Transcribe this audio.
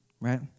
right